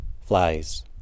Flies